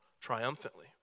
triumphantly